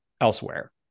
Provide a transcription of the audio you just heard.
elsewhere